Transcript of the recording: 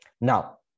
now